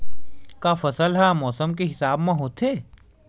का फसल ह मौसम के हिसाब म होथे?